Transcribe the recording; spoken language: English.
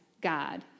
God